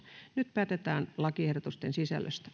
nyt päätetään lakiehdotusten sisällöstä